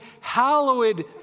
hallowed